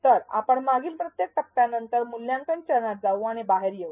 तर आपण मागील प्रत्येक टप्प्यानंतर मूल्यांकन चरणात जाऊ आणि बाहेर येऊ